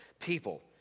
people